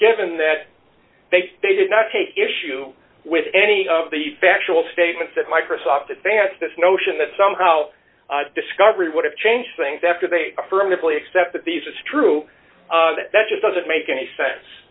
given that they did not take issue with any of the factual statements that microsoft advanced this notion that somehow discovery would have changed things after they affirmatively accept that these is true that just doesn't make any sense